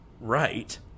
right